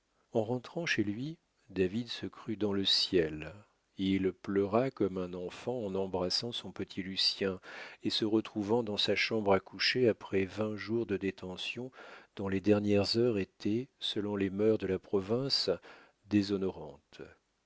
en rentrant chez lui david se crut dans le ciel il pleura comme un enfant en embrassant son petit lucien et se retrouvant dans sa chambre à coucher après vingt jours de détention dont les dernières heures étaient selon les mœurs de la province déshonorantes